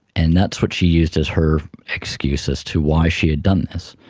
and that's what she used as her excuse as to why she had done this.